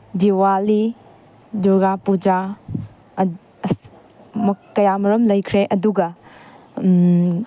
ꯗꯤꯋꯥꯂꯤ ꯗꯨꯔꯒꯥ ꯄꯨꯖꯥ ꯀꯌꯥ ꯃꯔꯨꯝ ꯂꯩꯈ꯭ꯔꯦ ꯑꯗꯨꯒ